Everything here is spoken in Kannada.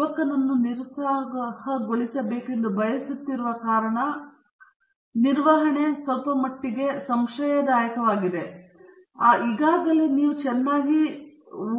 ಯುವಕನನ್ನು ನಿರುತ್ಸಾಹಗೊಳಿಸಬೇಕೆಂದು ಬಯಸುತ್ತಿರುವ ಕಾರಣ ನಿರ್ವಹಣೆ ಸ್ವಲ್ಪಮಟ್ಟಿಗೆ ಸಂಶಯದಾಯಕವಾಗಿದೆ ಆದರೆ ಈಗಾಗಲೇ ನೀವು ಚೆನ್ನಾಗಿ